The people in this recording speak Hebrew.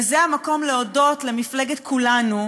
וזה המקום להודות למפלגת כולנו,